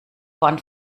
vorn